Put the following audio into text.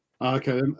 Okay